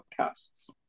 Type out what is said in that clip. podcasts